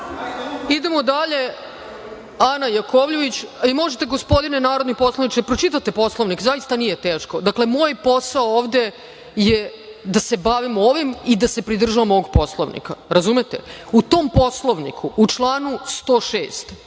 ime toga. To smo završili. Možete gospodine narodni poslaniče da pročitate Poslovnik, zaista nije teško. Dakle, moj posao ovde je da se bavimo ovim i da se pridržavamo ovog Poslovnika, razumete? U tom Poslovniku, u članu 106.